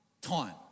time